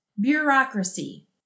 Bureaucracy